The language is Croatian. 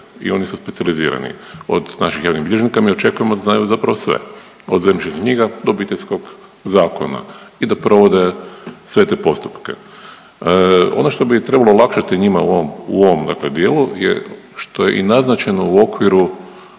i oni su specijalizirani. Od naših javnih bilježnika mi očekujemo da znaju zapravo sve od zemljišnih knjiga do Obiteljskog zakona. I da provode sve te postupke. Ono što bi trebalo olakšati njima u ovom dakle dijelu je što je i naznačeno u okviru